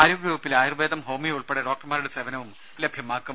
ആരോഗ്യവകുപ്പിലെ ആയുർവേദം ഹോമിയോ ഉൾപ്പെടെ ഡോക്ടർമാരുടെ സേവനവും ലഭ്യമാക്കും